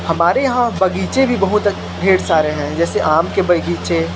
हमारे यहाँ बगीचे भी बहुत ढेर सारे हैं जैसे आम के बगीचे